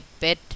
pet